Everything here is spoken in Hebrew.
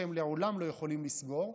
שהם לעולם לא יכולים לסגור.